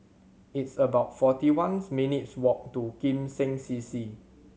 it's about forty one minutes' walk to Kim Seng C C